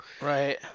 Right